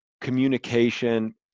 communication